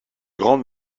grande